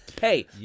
Hey